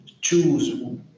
choose